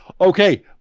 Okay